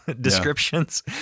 descriptions